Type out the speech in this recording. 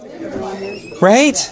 Right